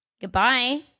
Goodbye